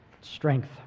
strength